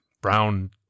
brown